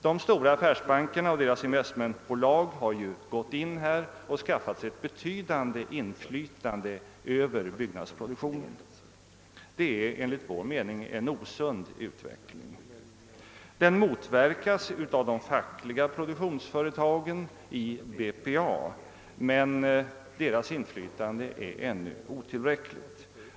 De stora affärsbankerna och deras investmentbolag har skaffat sig ett betydande inflytande över byggnadsproduktionen. Det är enligt vår mening en osund utveckling. Den motverkas av de fackliga produktionsföretagen i BPA, men deras inflytande är ännu otillräckligt.